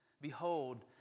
Behold